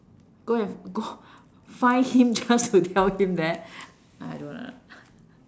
go and go find him just to tell him that I don't want ah